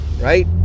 Right